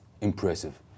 impressive